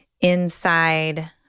inside